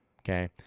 Okay